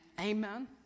Amen